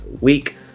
week